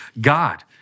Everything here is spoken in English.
God